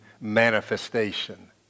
manifestation